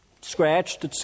scratched